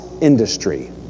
industry